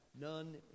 none